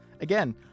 Again